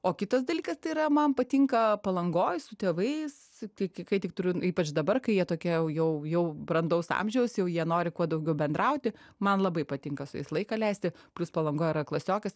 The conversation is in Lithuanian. o kitas dalykas tai yra man patinka palangoj su tėvais kai kai kai tik turiu ypač dabar kai jie tokie jau jau jau brandaus amžiaus jau jie nori kuo daugiau bendrauti man labai patinka su jais laiką leisti plius palangoj yra klasiokės